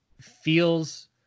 feels